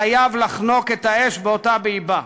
חייב לחנוק את האש בעודה באיבה.